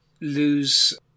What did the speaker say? lose